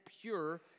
pure